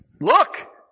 look